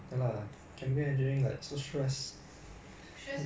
but 如果你喜欢帮人的话 you can just go for physio lah no harm [what]